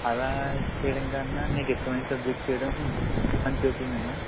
అలా చెయ్యడం కన్నా నీకు ఇష్టం అయినా సబ్జెక్టు చెయ్యడం మంచి ఒపీనియన్